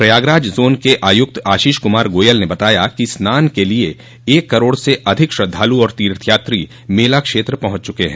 Prayagraj zone के आयुक्त आशीष कुमार गोयल ने बताया कि स्नान के लिए एक करोड से अधिक श्रद्वालु और तीर्थयात्री मेला क्षेत्र पहुंच चुके हैं